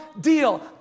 deal